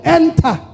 enter